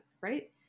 right